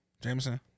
Jameson